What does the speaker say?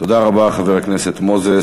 תודה רבה, חבר הכנסת מוזס.